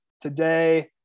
today